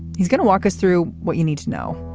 he's going to walk us through what you need to know.